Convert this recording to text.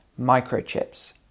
microchips